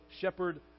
shepherd